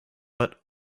but